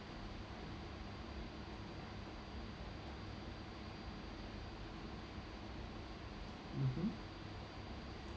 mmhmm